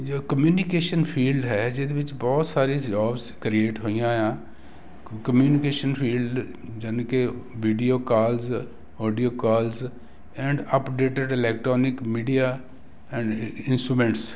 ਜੋ communication field ਹੈ ਜਿਹਦੇ ਵਿੱਚ ਬਹੁਤ ਸਾਰੇ ਜੋਬਸ ਕ੍ਰੀਏਟ ਹੋਈਆਂ ਆ ਕਮਿਊਨੀਕੇਸ਼ਨ ਫੀਲਡ ਯਾਨੀ ਕਿ video calls audio calls and updated electronic media and instruments